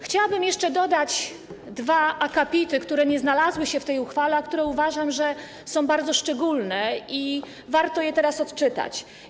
Chciałabym jeszcze dodać dwa akapity, które nie znalazły się w tej uchwale, a które, uważam, są bardzo szczególne i warto je teraz odczytać.